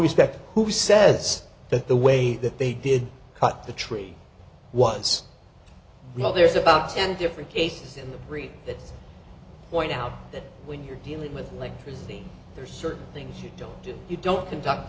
respect who says that the way that they did cut the tree was well there's about ten different cases in the brief that point out that when you're dealing with electricity there are certain things you don't do you don't conduct